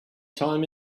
time